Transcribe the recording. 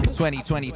2020